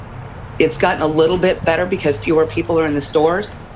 it's gotten a little bit better because fewer people are in the stores,